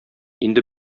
инде